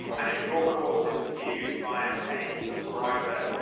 and if your course is viewed by a paying subscriber,